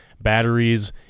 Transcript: batteries